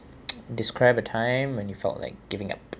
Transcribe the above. describe a time when you felt like giving up